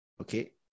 Okay